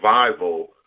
survival